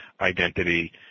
identity